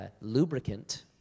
lubricant